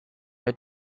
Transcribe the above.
her